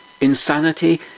insanity